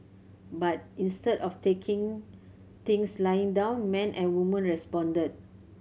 but instead of taking things lying down men and women responded